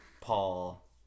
Paul